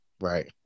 right